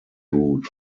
route